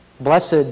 Blessed